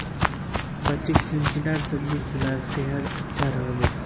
बच्चीक चिचिण्डार सब्जी खिला सेहद अच्छा रह बे